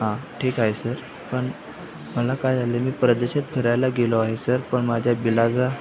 हो ठीक आहे सर पण मला काय झाले आहे मी परदेशात फिरायला गेलो आहे सर पण माझ्या बिलाचा